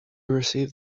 received